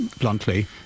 bluntly